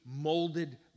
molded